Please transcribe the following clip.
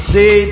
See